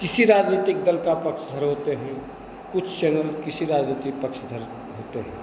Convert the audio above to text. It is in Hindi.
किसी राजनीतिक दल का पक्षधर होते हैं कुछ चैनल किसी राजनीतिक पक्षधर होते हैं